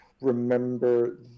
remember